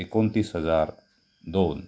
एकोणतीस हजार दोन